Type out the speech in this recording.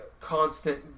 constant